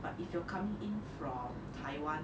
but if you're coming in from taiwan